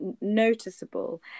noticeable